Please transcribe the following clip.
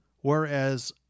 Whereas